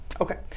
Okay